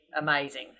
amazing